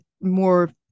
more